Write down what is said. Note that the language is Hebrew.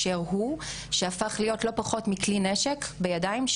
זה פשוט הפך להיות קל וזמין יותר באמצעים הטכנולוגיים.